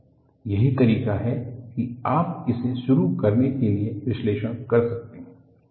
यही तरीका है कि आप इसे शुरू करने के लिए विश्लेषण कर सकते हैं